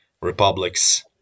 republics